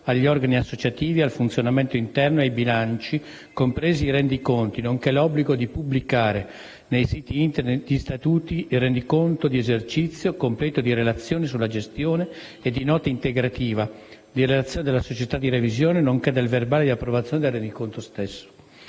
agli organi associativi, al funzionamento interno e ai bilanci, compresi i rendiconti, nonché l'obbligo di pubblicare nei siti Internet gli statuti, il rendiconto di esercizio, completo di relazione sulla gestione e di nota integrativa, di relazione della società di revisione, nonché del verbale di approvazione del rendiconto stesso.